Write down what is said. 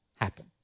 happen